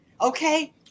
Okay